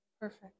perfect